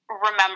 remember